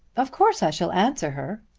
of course i shall answer her.